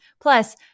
Plus